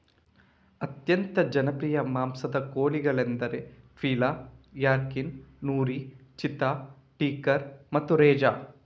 ಅತ್ಯಂತ ಜನಪ್ರಿಯ ಮಾಂಸದ ಕೋಳಿಗಳೆಂದರೆ ಪೀಲಾ, ಯಾರ್ಕಿನ್, ನೂರಿ, ಚಿತ್ತಾ, ಟೀಕರ್ ಮತ್ತೆ ರೆಜಾ